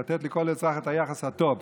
לתת לכל אזרח את היחס הטוב.